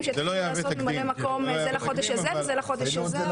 שיתחילו לעשות ממלאי-מקום שזה לחודש הזה וזה לחודש הזה.